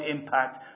impact